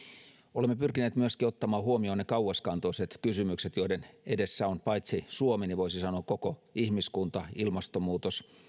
olemme pyrkineet myöskin ottamaan huomioon ne kauaskantoiset kysymykset joiden edessä on paitsi suomi niin voisi sanoa koko ihmiskunta ilmastonmuutos